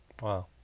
Wow